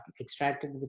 extracted